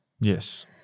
Yes